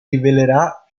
rivelerà